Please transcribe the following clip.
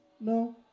No